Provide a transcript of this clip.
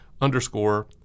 underscore